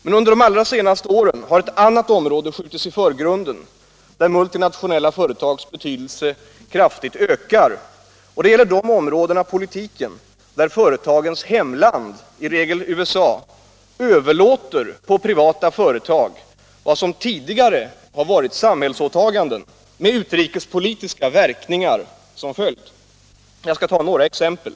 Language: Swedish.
Men under de allra senaste åren har ett annat område skjutits i förgrunden, där de multinationella företagens betydelse kraftigt ökar, och det gäller de områden av politiken där företagens hemland — i regel USA —- överlåter på privata företag vad som tidigare har varit samhällsåtaganden — med utrikespolitiska verkningar som följd. Jag skall ta några exempel.